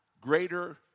greater